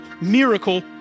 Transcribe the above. miracle